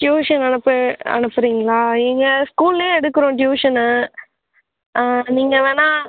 tuition அனுப்பு அனுப்பறீங்களா இங்கே ஸ்கூல்லையே எடுக்கிறோம் ட்யூஷன் நீங்கள் வேணுணா